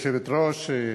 גברתי היושבת-ראש,